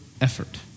effort